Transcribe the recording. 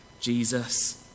Jesus